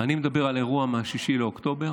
אני מדבר על אירוע מ-6 באוקטובר.